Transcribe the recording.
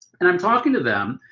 and i'm talking to them.